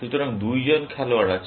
সুতরাং দুইজন খেলোয়াড় আছে